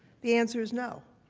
the answer is no.